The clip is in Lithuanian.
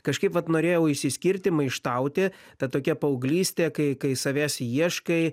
kažkaip vat norėjau išsiskirti maištauti ta tokia paauglystė kai kai savęs ieškai